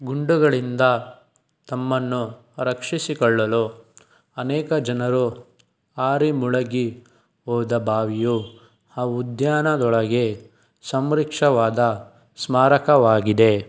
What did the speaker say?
ಗುಂಡುಗಳಿಂದ ತಮ್ಮನ್ನು ರಕ್ಷಿಸಿಕೊಳ್ಳಲು ಅನೇಕ ಜನರು ಹಾರಿ ಮುಳಗಿ ಹೋದ ಬಾವಿಯು ಆ ಉದ್ಯಾನದೊಳಗೆ ಸಂರಕ್ಷವಾದ ಸ್ಮಾರಕವಾಗಿದೆ